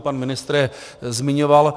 Pan ministr je zmiňoval.